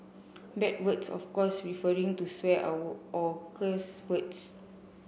bad words of course referring to swear or cuss words